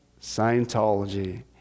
Scientology